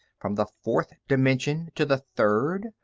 from the fourth dimension to the third,